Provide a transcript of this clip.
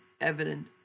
evident